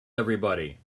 everybody